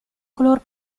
color